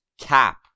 Cap